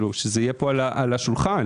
שזה יהיה על השולחן,